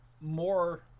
more